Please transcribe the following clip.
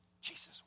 Jesus